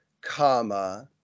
comma